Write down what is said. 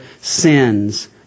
sins